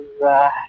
Right